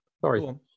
Sorry